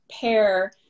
pair